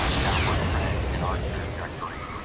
um downward trend and our trajectory.